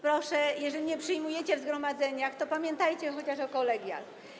Proszę, jeżeli nie przyjmujecie tego w zgromadzeniach, to pamiętajcie chociaż o kolegiach.